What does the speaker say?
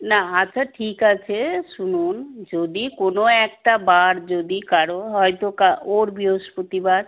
না আচ্ছা ঠিক আছে শুনুন যদি কোনো একটা বার যদি কারও হয়তো কা ওর বৃহস্পতিবার